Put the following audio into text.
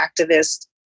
activist